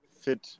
fit